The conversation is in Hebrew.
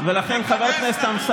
תיכנס לדוח מבקר המדינה,